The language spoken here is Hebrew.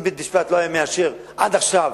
אם בית-המשפט לא היה מאשר עד עכשיו,